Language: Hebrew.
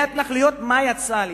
מההתנחלויות, מה יצא לישראל?